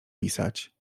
pisać